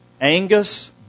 Angus